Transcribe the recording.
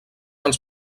als